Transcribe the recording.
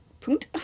Punt